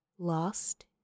Lost